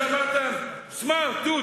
שאמרת שהם סמרטוטים,